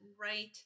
right